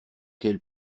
quel